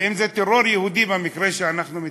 וזה טרור יהודי, במקרה שאנחנו מציינים,